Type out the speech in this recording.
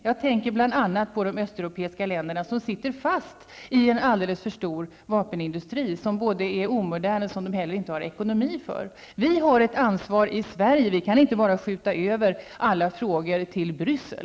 Jag tänker bl.a. på de östeuropeiska länderna, som ju är fast i en alldeles för stor vapenindustri. Denna industri är omodern, och dessutom har man inte ekonomiska resurser för den. Vi i Sverige har ett ansvar här. Vi kan ju inte bara skjuta över alla frågor till Bryssel.